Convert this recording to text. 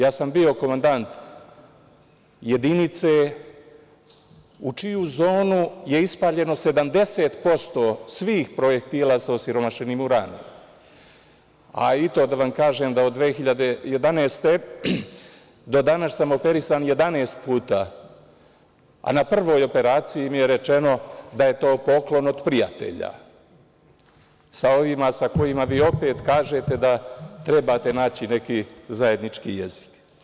Ja sam bio komandant jedinice u čiju zonu je ispaljeno 70% svih projektila sa osiromašenim uranijumom, a i to da vam kažem da od 2011. godine do danas sam operisan 11 puta, a na prvoj operaciji mi je rečeno da je to poklon od prijatelja sa ovima sa kojima bi opet, kažete, da trebate naći neki zajednički jezik.